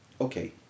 Okay